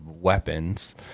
weapons